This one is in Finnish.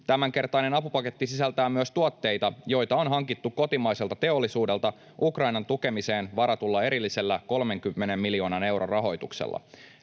Tämänkertainen apupaketti sisältää myös tuotteita, joita on hankittu kotimaiselta teollisuudelta Ukrainan tukemiseen varatulla erillisellä 30 miljoonan euron rahoituksella.